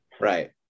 Right